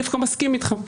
אני דווקא מסכים איתך.